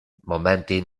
momente